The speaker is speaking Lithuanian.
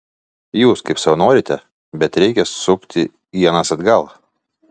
jūs kaip sau norite bet reikia sukti ienas atgal